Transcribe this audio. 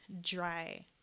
dry